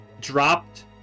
Dropped